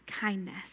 kindness